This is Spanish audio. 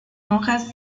hojas